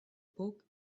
book